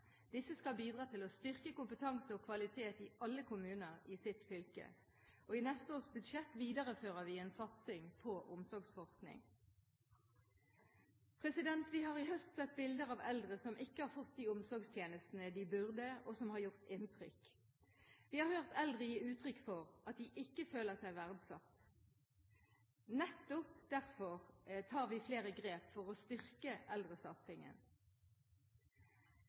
Disse skal bidra til å styrke kompetanse og kvalitet i alle kommuner i hvert fylke. I neste års budsjett viderefører vi en satsing på omsorgsforskning. Vi har i høst sett bilder av eldre som ikke har fått de omsorgstjenestene de burde, noe som har gjort inntrykk. Vi har hørt eldre gi uttrykk for at de ikke føler seg verdsatt. Nettopp derfor tar vi flere grep for å styrke eldresatsingen.